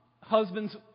Husbands